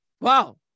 Wow